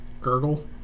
Gurgle